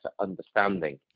understanding